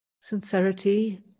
sincerity